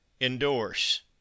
Endorse